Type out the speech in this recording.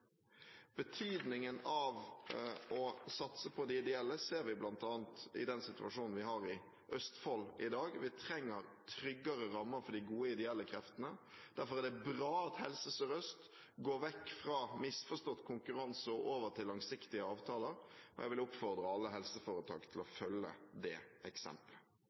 Betydningen av å satse på de ideelle ser vi bl.a. i den situasjonen vi har i Østfold i dag. Vi trenger tryggere rammer for de gode ideelle kreftene, og derfor er det bra at Helse Sør-Øst går vekk fra misforstått konkurranse og over til langsiktige avtaler. Jeg vil oppfordre alle helseforetak til å følge det